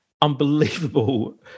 unbelievable